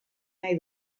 nahi